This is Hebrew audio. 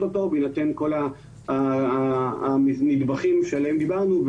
אותו בהינתן כל הנדבכים עליהם דיברנו.